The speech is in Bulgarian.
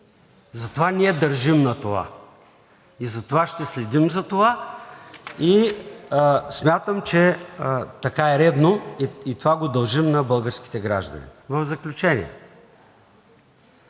Затова ние държим на това и ще следим за това и смятам, че така е редно и това го дължим на българските граждани. В заключение.